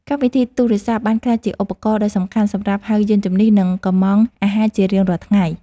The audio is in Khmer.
កម្មវិធីទូរសព្ទបានក្លាយជាឧបករណ៍ដ៏សំខាន់សម្រាប់ហៅយានជំនិះ និងកុម្ម៉ង់អាហារជារៀងរាល់ថ្ងៃ។